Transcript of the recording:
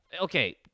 Okay